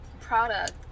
product